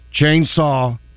Chainsaw